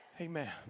Amen